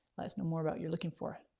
let us know more about you're looking for it.